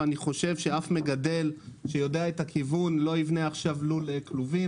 ואני חושב שאף מגדל שיודע את הכיוון לא יבנה עכשיו לול כלובים.